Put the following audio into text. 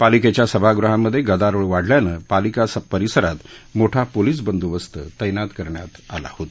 पालिकेच्या सभागृहांमध्ये गदारोळ वाढल्याने पालिका परिसरात मोठा पोलिस बंदोबस्त तैनात करण्यात आला होता